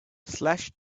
slash